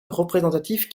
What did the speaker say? représentatif